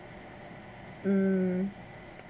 mm